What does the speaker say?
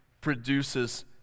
produces